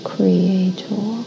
Creator